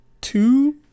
two